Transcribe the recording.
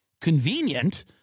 convenient